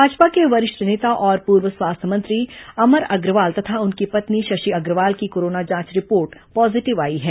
भाजपा के वरिष्ठ नेता और पूर्व स्वास्थ्य मंत्री अमर अग्रवाल तथा उनकी पत्नी शशि अग्रवाल की कोरोना जांच रिपोर्ट पॉजीटिव आई है